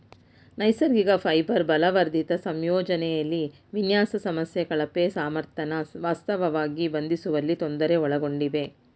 ನೈಸರ್ಗಿಕ ಫೈಬರ್ ಬಲವರ್ಧಿತ ಸಂಯೋಜನೆಲಿ ವಿನ್ಯಾಸ ಸಮಸ್ಯೆ ಕಳಪೆ ಸಾಮರ್ಥ್ಯನ ವಾಸ್ತವವಾಗಿ ಬಂಧಿಸುವಲ್ಲಿ ತೊಂದರೆ ಒಳಗೊಂಡಿವೆ